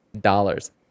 dollars